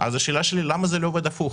אז השאלה שלי, למה זה לא עובד הפוך?